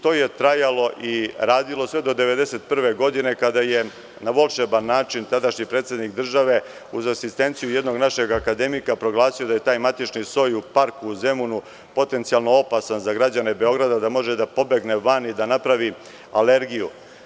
To je trajalo i radilo sve do 1991. godine, kada je na volšeban način tadašnji predsednik države, uz asistenciju jednog našeg akademika, proglasio da je taj matični soj, u parku u Zemunu, potencijalno opasan za građane Beograda, da može da pobegne van i da napravi alergiju.